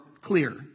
clear